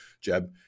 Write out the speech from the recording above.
Jeb